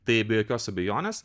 tai be jokios abejonės